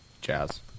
jazz